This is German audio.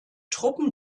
truppen